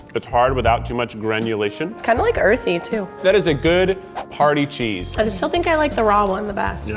it's hard without too much granulation kind of like earthy too. that is a good party cheese. i still think i like the raw one the best. yeah?